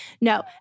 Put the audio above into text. No